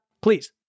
please